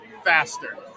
faster